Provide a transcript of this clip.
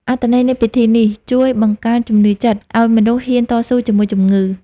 អត្ថន័យនៃពិធីនេះ ជួយបង្កើនជំនឿចិត្តឱ្យមនុស្សហ៊ានតស៊ូជាមួយជំងឺ។